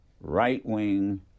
right-wing